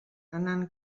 anant